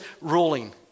ruling